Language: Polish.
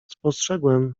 spostrzegłem